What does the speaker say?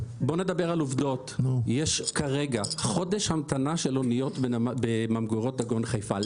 בואו נדבר על עובדות: יש כרגע חודש המתנה של אניות בממגורות דגון חיפה.